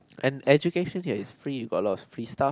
and education here is free you got a lot of free stuff